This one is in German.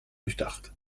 durchdacht